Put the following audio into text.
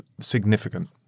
significant